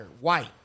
White